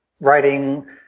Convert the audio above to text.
writing